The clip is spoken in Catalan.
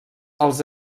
els